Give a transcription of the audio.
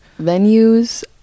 Venues